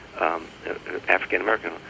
African-American